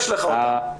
יש לך אותן.